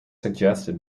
suggested